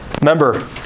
Remember